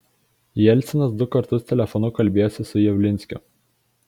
jelcinas du kartus telefonu kalbėjosi su javlinskiu